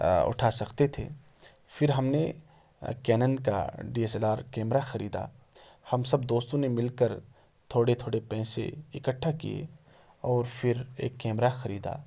اٹھا سکتے تھے پھر ہم نے کینن کا D S L R camera خریدا ہم سب دوستوں نے مل کر تھوڑے تھوڑے پیسہ اکٹھا کیے اور پھر ایک کیمرہ خریدا